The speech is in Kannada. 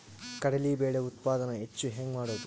ಕಡಲಿ ಬೇಳೆ ಉತ್ಪಾದನ ಹೆಚ್ಚು ಹೆಂಗ ಮಾಡೊದು?